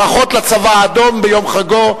ברכות לצבא האדום ביום חגו.